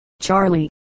Charlie